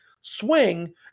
swing